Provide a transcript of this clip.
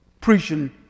preaching